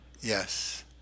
Yes